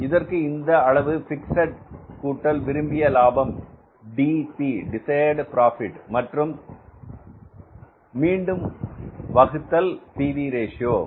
இதற்கு இந்த அளவு பிக்ஸட் காஸ்ட் கூட்டல் விரும்பிய லாபம் மற்றும் மீண்டும் வகுத்தல் P V ratio PV Ratio